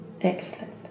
Excellent